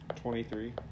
23